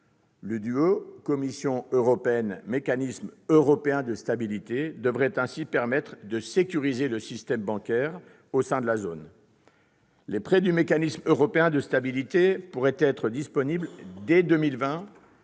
par la Commission européenne et le Mécanisme européen de stabilité devrait ainsi permettre de sécuriser le système bancaire au sein de la zone. Les prêts du Mécanisme européen de stabilité pourraient être disponibles dès 2020